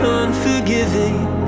unforgiving